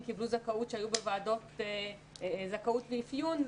קיבלו זכאות שהיו בוועדות זכאות ואפיון,